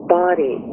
body